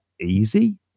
easy